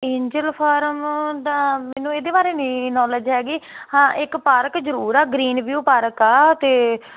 angel Farm ਮੈਨੂੰ ਇਹਦੇ ਬਾਰੇ ਨਹੀਂ ਨੌਲੇਜ ਹੈਗੀ ਹਾਂ ਇੱਕ ਪਾਰਕ ਜਰੂਰ ਆ ਗਰੀਨ ਵਿਊ ਪਾਰਕ ਆ ਤੇ